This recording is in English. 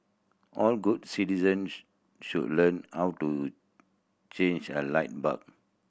all good citizens should learn how to change a light bulb